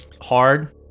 hard